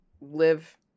live